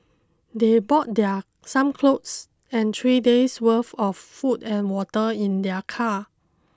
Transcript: they brought their some clothes and three days' worth of food and water in their car